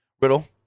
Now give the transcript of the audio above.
Riddle